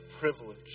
privilege